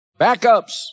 Backups